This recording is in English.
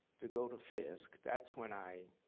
to go to fisk, that's when i